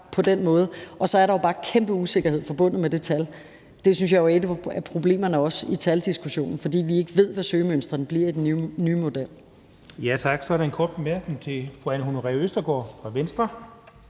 og så er der jo bare kæmpe usikkerhed forbundet med det tal. Det synes jeg jo også er et af problemerne i taldiskussionen, for vi ved ikke, hvad søgemønstrene bliver i den nye model. Kl. 13:31 Den fg. formand (Jens Henrik Thulesen Dahl): Tak. Så er der en kort bemærkning til fru Anne Honoré Østergaard fra Venstre.